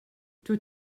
dwyt